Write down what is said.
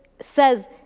says